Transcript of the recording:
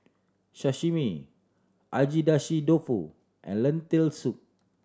Sashimi Agedashi Dofu and Lentil Soup